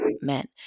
men